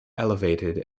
elevated